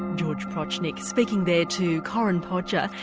george prochnik, speaking there to corinne podger.